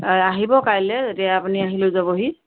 এ আহিব কাইলৈ তেতিয়া আপুনি আহি লৈ যাবহি